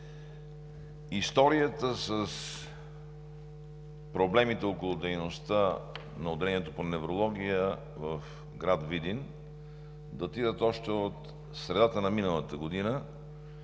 историята с проблемите около дейността на отделението по неврология в град Видин датира още от средата на миналата година,